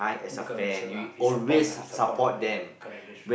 because so ah he support lah he support lah yeah correct that